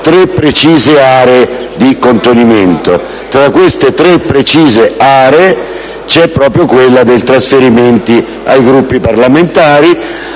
tre precise aree di contenimento. Tra queste, c'è proprio quella dei trasferimenti ai Gruppi parlamentari,